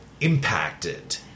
impacted